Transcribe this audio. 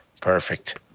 Perfect